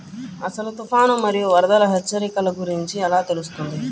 అసలు తుఫాను మరియు వరదల హెచ్చరికల గురించి ఎలా తెలుస్తుంది?